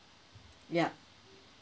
yup